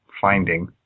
finding